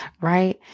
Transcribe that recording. Right